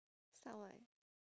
start what